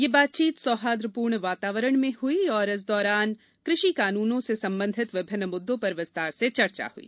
यह बातचीत सौहाद्रपूर्ण वातावरण में हई और इस दौरान कृषि कानूनों से संबंधित विभिन्न म्द्दों पर विस्तार से चर्चा हई